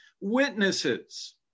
witnesses